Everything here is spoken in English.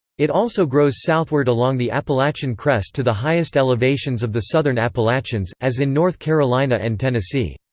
it also grows southward along the appalachian crest to the highest elevations of the southern appalachians, as in north carolina and tennessee.